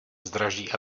zdraží